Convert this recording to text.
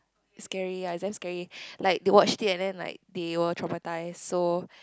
scary ah just scary like they watch it and then like they were traumatised so